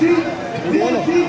to see